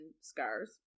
scars